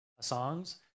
songs